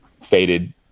faded